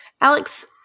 Alex